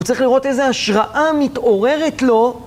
צריך לראות איזה השראה מתעוררת לו.